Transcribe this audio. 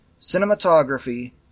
Cinematography